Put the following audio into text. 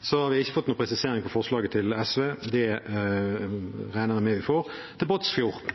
har ikke fått noen presisering av forslaget til SV; det regner jeg med at vi får. Til Båtsfjord: